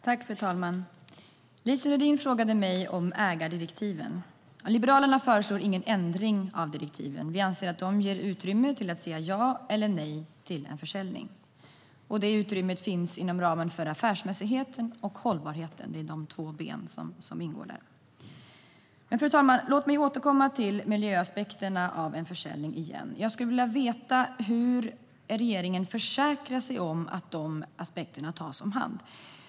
Fru talman! Lise Nordin frågade mig om ägardirektiven. Liberalerna föreslår ingen ändring av direktiven. Vi anser att de ger utrymme till att säga ja eller nej till en försäljning. Detta utrymme finns inom ramen för affärsmässigheten och hållbarheten. Det är de två ben som ingår där. Fru talman! Låt mig återkomma till miljöaspekterna av en försäljning. Jag skulle vilja veta hur regeringen försäkrar sig om att dessa aspekter tas om hand.